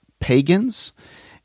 pagans